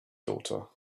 daughter